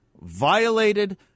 violated